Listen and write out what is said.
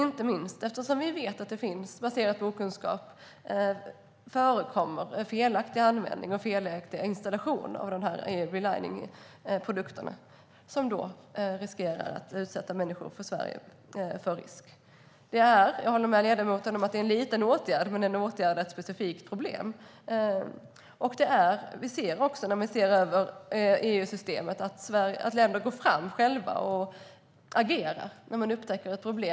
Vi vet inte minst att det, baserat på okunskap, förekommer felaktig användning och felaktiga installationer av reliningprodukterna, vilket riskerar att utsätta människor i Sverige för risk. Jag håller med ledamoten om att det är en liten åtgärd. Men den åtgärdar ett specifikt problem. När vi tittar på EU-systemet kan vi också se att länder själva agerar när de upptäcker ett problem.